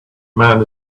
man